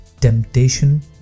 temptation